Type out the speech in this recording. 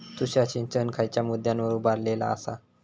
तुषार सिंचन खयच्या मुद्द्यांवर उभारलेलो आसा?